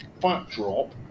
backdrop